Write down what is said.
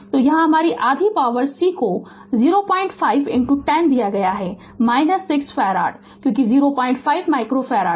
तो क्या हमारि आधी पॉवर C को 01 10 दिया गया है 6 फैराड क्योंकि 01 माइक्रो फैराड